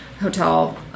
hotel